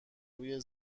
روی